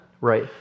Right